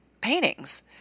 paintings